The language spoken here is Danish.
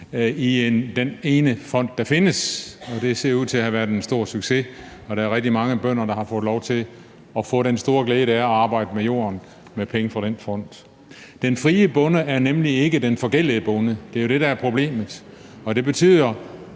i den ene fond, der findes, og det ser ud til at have været en stor succes. Der er rigtig mange bønder, der har fået lov til at få den store glæde, det er at arbejde med jorden, med penge fra den fond. Den frie bonde er nemlig ikke den forgældede bonde. Det jo det, der er problemet. Det betyder,